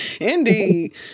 Indeed